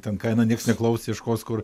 ten kaina nieks neklausę ieškos kur